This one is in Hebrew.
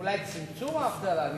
אולי צמצום האבטלה.